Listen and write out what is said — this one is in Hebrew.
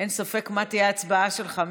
אין ספק מה תהיה ההצבעה שלך,